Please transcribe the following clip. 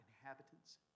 Inhabitants